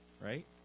Right